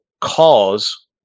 cause